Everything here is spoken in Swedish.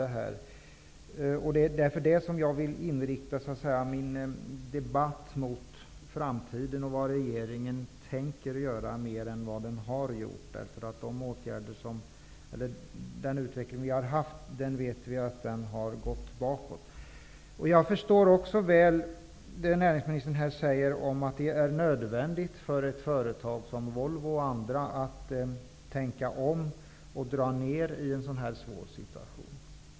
Det är sådant här som gör att jag mera inriktar debatten mot framtiden och mot vad regeringen tänker göra än mot vad regeringen har gjort. Den utveckling som vi haft har ju varit en utveckling bakåt. Jag förstår så väl näringsministern när han säger att det är nödvändigt för ett företag som Volvo att tänka om och att dra ner i en så här svår situation.